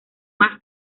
más